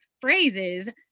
phrases